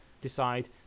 decide